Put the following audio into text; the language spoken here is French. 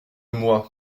moi